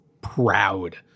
proud